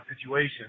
situation